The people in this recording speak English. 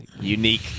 unique